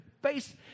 face